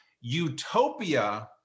utopia